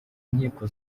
nkiko